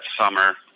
summer